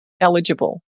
eligible